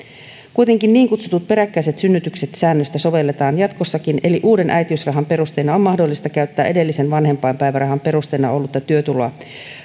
kuitenkin niin kutsuttuja peräkkäisiä synnytyksiä koskevaa säännöstä sovelletaan jatkossakin eli uuden äitiysrahan perusteena on mahdollista käyttää edellisen vanhempainpäivärahan perusteena ollutta työtuloa